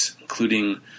including